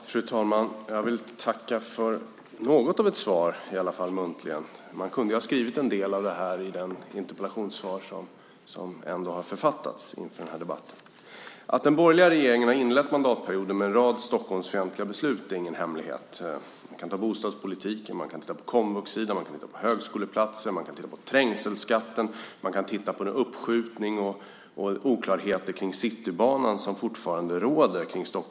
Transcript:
Fru talman! Jag vill tacka för något av ett svar, som jag nu fick muntligen. Man kunde ju ha skrivit något av det i det skriftliga interpellationssvar som har författats inför den här debatten. Att den borgerliga regeringen har inlett mandatperioden med en rad Stockholmsfientliga beslut är ingen hemlighet. Man kan se på bostadspolitiken, komvux, högskoleplatser, trängselskatten och uppskjutningen av och oklarheterna om Citybanan.